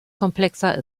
komplexer